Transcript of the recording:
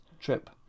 trip